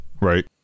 right